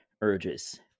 urges